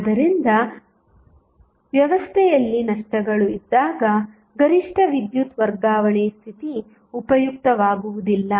ಆದ್ದರಿಂದ ವ್ಯವಸ್ಥೆಯಲ್ಲಿ ನಷ್ಟಗಳು ಇದ್ದಾಗ ಗರಿಷ್ಠ ವಿದ್ಯುತ್ ವರ್ಗಾವಣೆ ಸ್ಥಿತಿ ಉಪಯುಕ್ತವಾಗುವುದಿಲ್ಲ